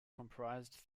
comprised